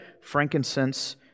frankincense